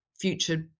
future